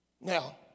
Now